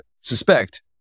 suspect